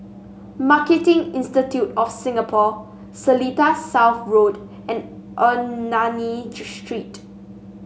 Marketing Institute of Singapore Seletar South Road and Ernani Street